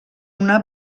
una